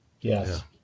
Yes